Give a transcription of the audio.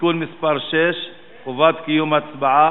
(תיקון מס' 6) (חובת קיום הצבעה)